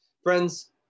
Friends